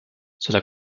cela